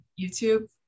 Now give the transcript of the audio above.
YouTube